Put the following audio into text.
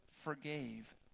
forgave